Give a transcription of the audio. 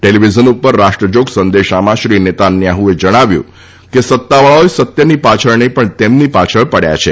television ઉપર રાષ્ટ્રજોગ સંદેશામાં શ્રી નેતાન્યાહુએ જણાવ્યું છે કે સત્તાવાળાઓ સત્યની પાછળ નહીં પણ તેમની પાછળ પડ્યા છે